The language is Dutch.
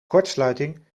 kortsluiting